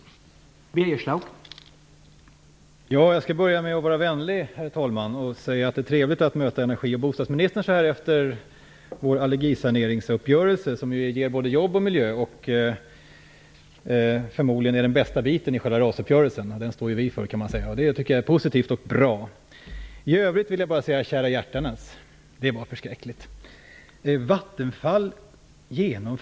Då Eva Goës, som framställt frågan, anmält att hon var förhindrad att närvara vid sammanträdet, medgav tredje vice talmannen att Birger Schlaug fick delta i överläggningen.